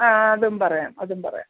ആ ആ അതും പറയാം അതും പറയാം